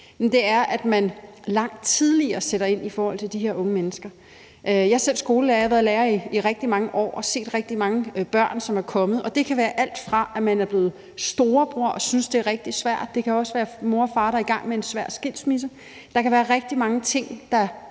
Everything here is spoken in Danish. tid – at man langt tidligere sætter ind i forhold til de her unge mennesker. Jeg er selv skolelærer. Jeg har været lærer i rigtig mange år og set rigtig mange børn, som er kommet til mig. Og det kan være alt, fra at man er blevet storebror og synes, det er rigtig svært, til at det kan være mor og far, der er i gang med en svær skilsmisse. Der kan være rigtig mange ting, der